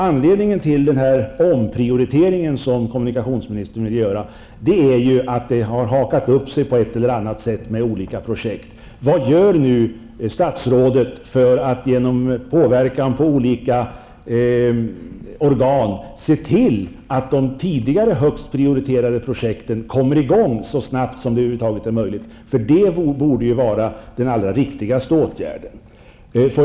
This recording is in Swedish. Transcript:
Anledningen till den omprioritering som kommunikationsministern vill göra är ju att det har hakat upp sig på ett eller annat sätt med olika projekt. Vad gör nu statsrådet för att genom påverkan på olika organ se till att de tidigare högst prioriterade projekten kommer i gång så snabbt som möjligt? Det borde ju vara den allra viktigaste åtgärden.